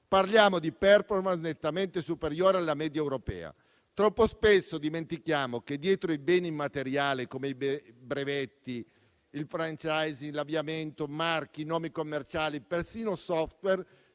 Parliamo di *performance* nettamente superiori alla media europea. Troppo spesso dimentichiamo che, dietro i beni immateriali, come i brevetti, il *franchising*, l'avviamento, marchi, nomi commerciali, persino *software*,